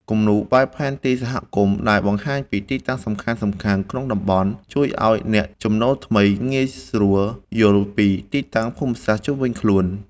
គំនូរបែបផែនទីសហគមន៍ ដែលបង្ហាញពីទីតាំងសំខាន់ៗក្នុងតំបន់ ជួយឱ្យអ្នកចំណូលថ្មីងាយស្រួលយល់ពីទីតាំងភូមិសាស្ត្រជុំវិញខ្លួន។